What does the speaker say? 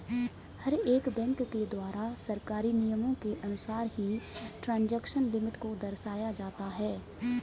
हर एक बैंक के द्वारा सरकारी नियमों के अनुसार ही ट्रांजेक्शन लिमिट को दर्शाया जाता है